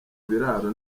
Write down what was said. biraro